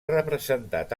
representat